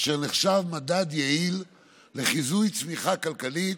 אשר נחשב מדד יעיל לחיזוי צמיחה כלכלית,